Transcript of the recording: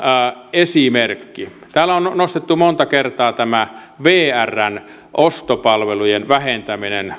esimerkki täällä on nostettu monta kertaa tämä vrn ostopalvelujen vähentäminen